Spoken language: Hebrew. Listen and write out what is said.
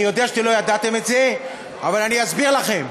אני יודע שלא ידעתם את זה, אבל אסביר לכם.